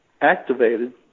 activated